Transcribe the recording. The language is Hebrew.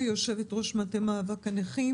אני יושבת-ראש מטה מאבק הנכים.